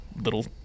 little